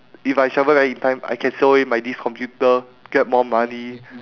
if I travel back in time I can sell away my this computer get more money